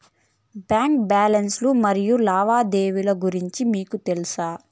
Bank balance లు మరియు లావాదేవీలు గురించి మీకు తెల్సా?